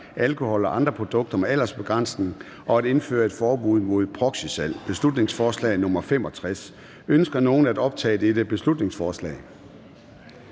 alkohol og andre produkter med aldersbegrænsning, og at indføre et forbud mod proxysalg. (Beslutningsforslag nr. B 65). Ønsker nogen at optage dette beslutningsforslag?